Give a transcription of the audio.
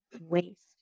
waste